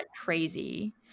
crazy